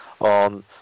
on